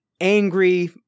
angry